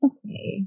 Okay